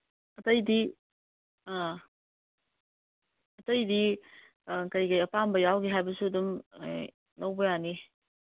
ꯑꯇꯩꯗꯤ ꯑꯥ ꯑꯇꯩꯗꯤ ꯀꯩꯀꯩ ꯑꯄꯥꯝꯕ ꯌꯥꯎꯒꯦ ꯍꯥꯏꯕꯁꯨ ꯑꯗꯨꯝ ꯂꯧꯕ ꯌꯥꯅꯤ